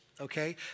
okay